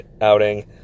outing